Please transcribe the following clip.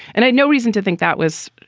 and i know reason to think that was,